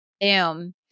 Boom